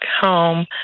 home